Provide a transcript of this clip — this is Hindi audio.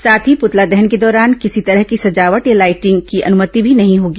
साथ ही पुतला दहन के दौरान किसी तरह की सजावट या लाइटिंग की अनुमति भी नहीं होगी